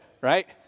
right